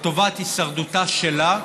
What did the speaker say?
לטובת הישרדותה שלה,